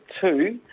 Two